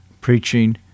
preaching